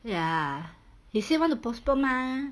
ya he say want to postpone mah